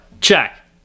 Check